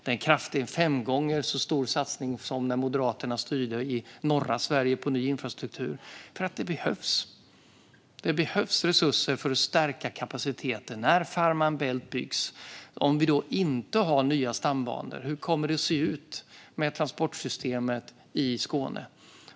Det är fem gånger så stor satsning på ny infrastruktur i norra Sverige som när Moderaterna styrde - för att det behövs. Det behövs resurser för att stärka kapaciteten när förbindelsen över Fehmarn Bält byggs. Om vi då inte har nya stambanor, hur kommer det att se ut med transportsystemet i Skåne?